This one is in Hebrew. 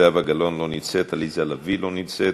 זהבה גלאון, לא נמצאת, עליזה לביא, לא נמצאת,